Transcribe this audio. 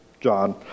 John